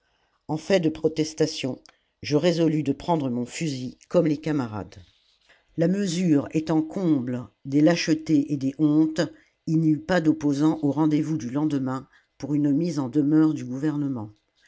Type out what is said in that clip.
en fait de protestations je résolus de prendre mon fusil comme les camarades la mesure étant comble des lâchetés et des hontes il n'y eut pas d'opposants au rendez-vous du lendemain pour une mise en demeure du gouvernement